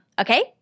Okay